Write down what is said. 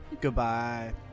Goodbye